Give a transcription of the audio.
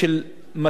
אדוני היושב-ראש,